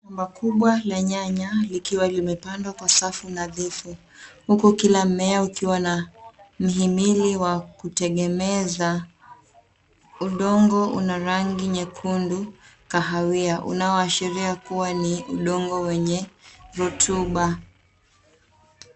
Shamba kubwa la nyanya likiwa limepandwa kwa safu nadhifu huku kila mmea ukiwa na mihimili wa kutengeneza. Udongo una rangi nyekundu kahawia unaoashiria kuwa ni udongo wenye rutuba.